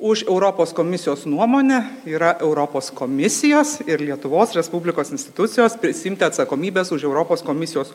už europos komisijos nuomonę yra europos komisijos ir lietuvos respublikos institucijos prisiimti atsakomybės už europos komisijos